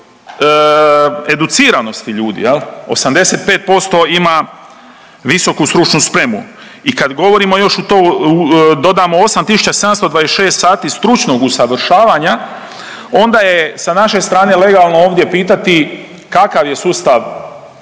educiranosti ljudi jel 85% ima visoku stručnu spremu i kad govorimo još u to dodamo 8.726 sati stručnog usavršavanja onda je sa naše strane legalno ovdje pitati kakav je sustav